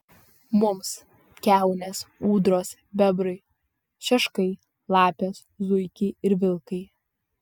mums kiaunės ūdros bebrai šeškai lapės zuikiai ir vilkai